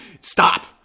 Stop